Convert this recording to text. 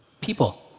People